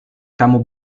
kamu